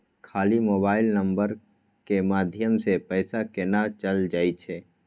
खाली mobile number के माध्यम से पैसा केना चल जायछै?